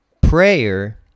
Prayer